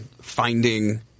finding